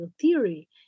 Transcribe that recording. theory